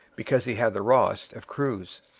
because he had the rawest of crews,